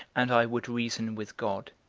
and i would reason with god.